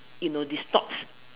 you know they stops